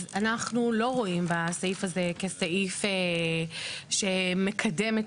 אז אנחנו לא רואים בסעיף הזה כסעיף שמקדם את